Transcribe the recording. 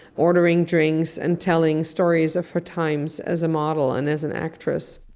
ordering drinks and telling stories of her times as a model and as an actress.